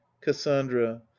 cassandra